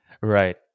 right